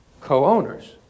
Co-owners